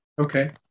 Okay